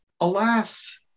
Alas